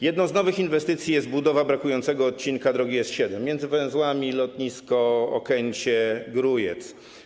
Jedną z nowych inwestycji jest budowa brakującego odcinka drogi S7 między węzłami lotnisko Okęcie - Grójec.